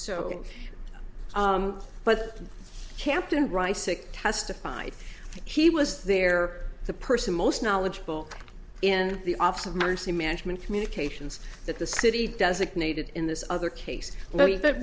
like testified he was there the person most knowledgeable in the office of mercy management communications that the city designated in this other case